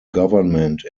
government